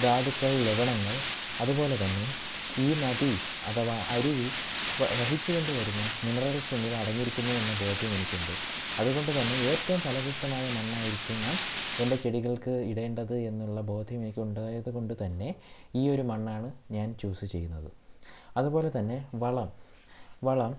ധാതുക്കൾ ലവണങ്ങൾ അതുപോലെ തന്നെ ഈ നദി അഥവാ അരുവി വ വഹിച്ചുകൊണ്ട് വരുന്ന മിനറൽസ് എന്നിവ അടങ്ങിയിരിക്കുന്നു എന്ന ബോധ്യമെനിക്കുണ്ട് അതുകൊണ്ട് തന്നെ ഏറ്റവും ഫലഭൂഷ്ടമായ മണ്ണായിരിക്കണം എൻ്റെ ചെടികൾക്ക് ഇടേണ്ടത് എന്നുള്ള ബോധ്യമേനിക്കുണ്ടായത് കൊണ്ട് തന്നെ ഈ ഒരു മണ്ണാണ് ഞാൻ ചൂസ് ചെയ്യുന്നത് അതുപോലെ തന്നെ വളം വളം